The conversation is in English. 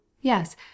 yes